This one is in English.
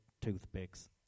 toothpicks